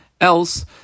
else